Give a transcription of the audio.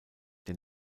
der